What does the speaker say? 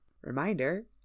Reminder